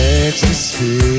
ecstasy